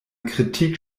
kritik